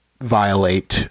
violate